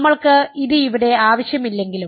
നമ്മൾക്ക് ഇത് ഇവിടെ ആവശ്യമില്ലെങ്കിലും